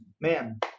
man